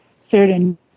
certain